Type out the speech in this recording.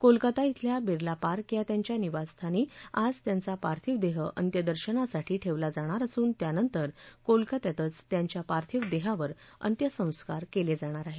कोलकाता इथल्या बिर्ला पार्क या त्यांच्या निवासस्थानी आज त्यांचा पार्थिव देह अंत्यदर्शनासाठी ठेवला जाणार असून त्यानंतर कोलकात्यातच त्यांच्या पार्थिव देहावर अंत्यसंकार केले जाणार आहेत